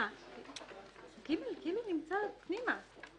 (ג) נמצא פנימה.